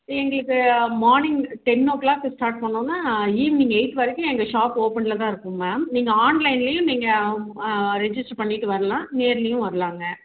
எங்களுக்கு morning ten ஓ கிளாக்குக்கு ஸ்டார்ட் பண்ணிணோன்னா ஈவினிங் எயிட் வரைக்கும் எங்கள் ஷாப் ஓப்பனில் தான் இருக்கும் மேம் நீங்கள் ஆன்லைன்லையும் நீங்கள் ரெஜிஸ்ட்டர் பண்ணிகிட்டு வரலாம் நேரிலையும் வரலாங்க